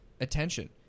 attention